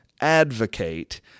advocate